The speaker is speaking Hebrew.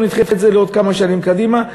בואו נדחה את זה לעוד כמה שנים קדימה.